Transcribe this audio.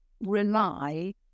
rely